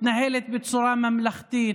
מתנהלת בצורה ממלכתית,